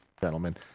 gentlemen